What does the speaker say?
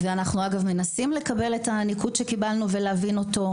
אנחנו מנסים לראות את הניקוד שקיבלנו ולהבין אותו.